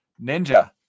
Ninja